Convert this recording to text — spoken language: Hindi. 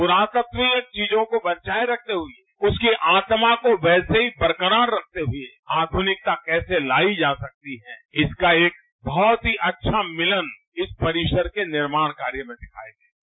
पुरातत्वीय चीजों को बचाये रखते हुए उसकी आत्मा को वैसे ही बरकरार रखते हुए आधुनिकता कैसे लाई जा सकती है इसका एक बहुत ही अच्छा मिलन इस परिसर के निर्माण कार्य में दिखाई देगा